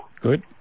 Good